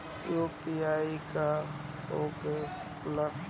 UPI का होके ला?